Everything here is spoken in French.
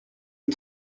est